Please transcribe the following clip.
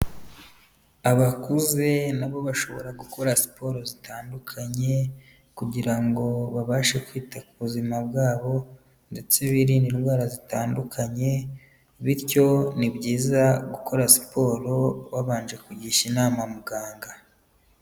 Abakuze nabo bashobora gukora siporo zitandukanye kugira ngo babashe kwita ku buzima bwabo ndetse biririnde indwara zitandukanye, bityo ni byiza gukora siporo babanje kugisha inama muganga.